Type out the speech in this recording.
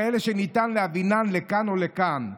כאלה שניתן להבינם לכאן או לכאן.